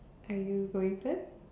are you going first